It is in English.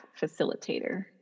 facilitator